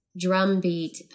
drumbeat